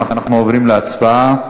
אנחנו עוברים להצבעה.